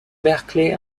berkeley